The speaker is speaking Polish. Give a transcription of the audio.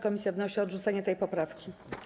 Komisja wnosi o odrzucenie tej poprawki.